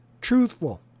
truthful